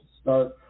start